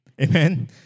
Amen